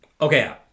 Okay